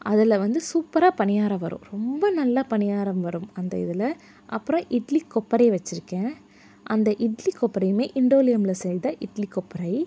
அதில் வந்து சூப்பரா பணியாரம் வரும் ரொம்ப நல்ல பணியாரம் வரும் அந்த இதில் அப்புறம் இட்லி கொப்பறை வச்சிருக்கேன் அந்த இட்லி கொப்பறையுமே இண்டோலியமில் செய்த இட்லி கொப்பறை